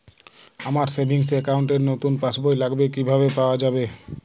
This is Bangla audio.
আমার সেভিংস অ্যাকাউন্ট র নতুন পাসবই লাগবে কিভাবে পাওয়া যাবে?